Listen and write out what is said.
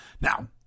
Now